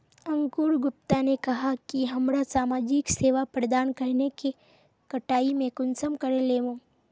अंकूर गुप्ता ने कहाँ की हमरा समाजिक सेवा प्रदान करने के कटाई में कुंसम करे लेमु?